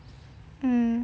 mm